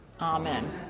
Amen